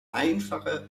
einfache